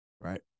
right